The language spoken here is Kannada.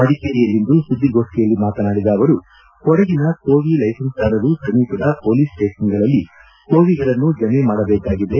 ಮಡಿಕೇರಿಯಲ್ಲಿಂದು ಸುದ್ವಿಗೋಷ್ಠಿಯಲ್ಲಿ ಮಾತನಾಡಿದ ಅವರು ಕೊಡಗಿನ ಕೋವಿ ಲೈಸನ್ಸ್ ದಾರರು ಸಮೀಪದ ಪೊಲೀಸ್ ಸ್ಟೇಷನ್ ಗಳಲ್ಲಿ ಕೋವಿಗಳನ್ನೂ ಜಮೆ ಮಾಡಬೇಕಾಗಿದೆ